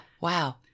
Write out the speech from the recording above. wow